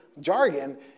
jargon